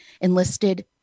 Enlisted